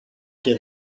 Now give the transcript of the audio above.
και